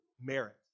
merit